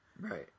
right